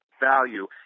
Value